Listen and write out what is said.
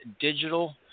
digital